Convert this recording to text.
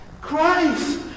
Christ